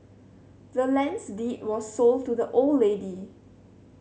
the land's deed was sold to the old lady